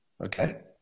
okay